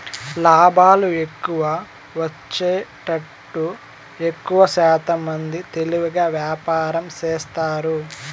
లాభాలు ఎక్కువ వచ్చేతట్టు ఎక్కువశాతం మంది తెలివిగా వ్యాపారం చేస్తారు